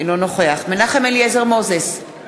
אינו נוכח מנחם אליעזר מוזס,